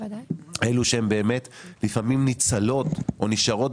אלה שהן באמת לפעמים ניצלות או נשארות